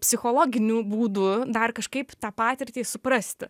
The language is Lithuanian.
psichologinių būdų dar kažkaip tą patirtį suprasti